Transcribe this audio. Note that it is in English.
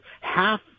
half